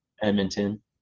Edmonton